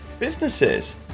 businesses